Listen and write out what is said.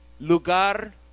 lugar